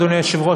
אדוני היושב-ראש,